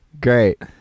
Great